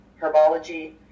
herbology